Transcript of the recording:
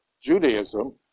Judaism